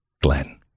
Glenn